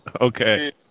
Okay